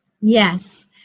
Yes